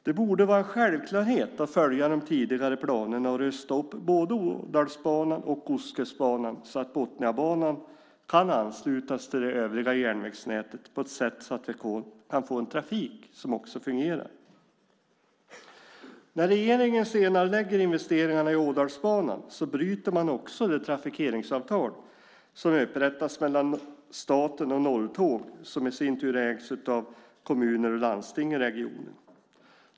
Det borde vara en självklarhet att följa de tidigare planerna och rusta upp Ådalsbanan och Ostkustbanan så att Botniabanan kan anslutas till det övriga järnvägsnätet på ett sådant sätt att det får en trafik som fungerar. När regeringen senarelägger investeringarna i Ådalsbanan bryter den också det trafikeringsavtal som upprättats mellan staten och Norrtåg, som i sin tur ägs av kommuner och landsting i regionen.